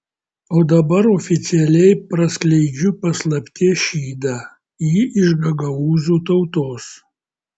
o dabar oficialiai praskleidžiu paslapties šydą ji iš gagaūzų tautos